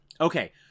Okay